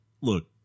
look